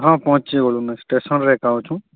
ହଁ ପହଞ୍ଚିଗଲୁନୁ ଷ୍ଟେସନ୍ରେ ଏକା ଅଛୁଁ